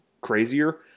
crazier